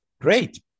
Great